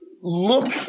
look